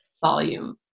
volume